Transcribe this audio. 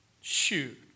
Shoot